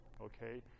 okay